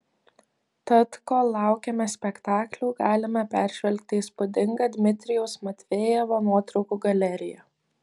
tad kol laukiame spektaklių galime peržvelgti įspūdingą dmitrijaus matvejevo nuotraukų galeriją